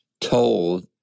told